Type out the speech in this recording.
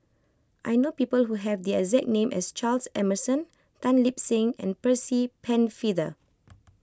I know people who have the exact name as Charles Emmerson Tan Lip Seng and Percy Pennefather